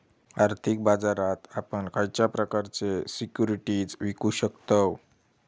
आर्थिक बाजारात आपण खयच्या प्रकारचे सिक्युरिटीज विकु शकतव?